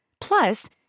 Plus